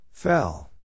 Fell